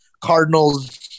Cardinals